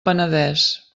penedès